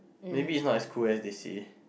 maybe it's not as cool as they say